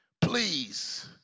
Please